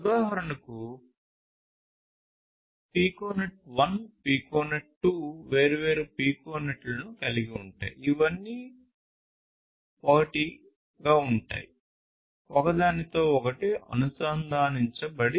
ఉదాహరణకు piconet 1 piconet 2 వేర్వేరు పికోనెట్లను కలిగి ఉంటాయి ఇవన్నీఒకటిఉంటాయి ఒకదానితోఅనుసంధానించబడి